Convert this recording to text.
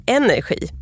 energi